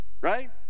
right